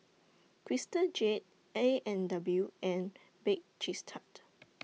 Crystal Jade A and W and Bake Cheese Tart